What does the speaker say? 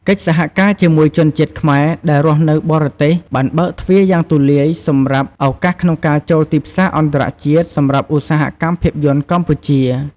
កិច្ចសហការជាមួយជនជាតិខ្មែរដែលរស់នៅបរទេសបានបើកទ្វារយ៉ាងទូលាយសម្រាប់ ឱកាសក្នុងការចូលទីផ្សារអន្តរជាតិ សម្រាប់ឧស្សាហកម្មភាពយន្តកម្ពុជា។